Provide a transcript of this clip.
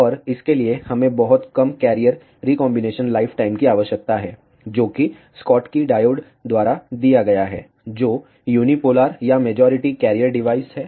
और इसके लिए हमें बहुत कम कैरियर रिकांबिनेशन लाइफटाइम की आवश्यकता है जो कि स्कोटकी डायोड द्वारा दिया गया है जो यूनीपोलर या मेजॉरिटी कैरियर डिवाइस हैं